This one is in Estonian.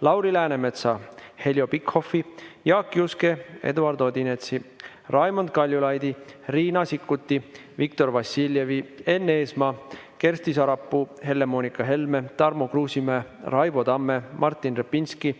Lauri Läänemetsa, Heljo Pikhofi, Jaak Juske, Eduard Odinetsi, Raimond Kaljulaidi, Riina Sikkuti, Viktor Vassiljevi, Enn Eesmaa, Kersti Sarapuu, Helle-Moonika Helme, Tarmo Kruusimäe, Raivo Tamme, Martin Repinski,